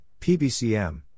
PBCM